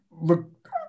look